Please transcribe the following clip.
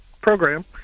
program